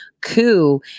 coup